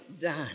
done